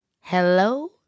hello